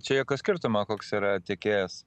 čia jokio skirtumo koks yra tiekėjas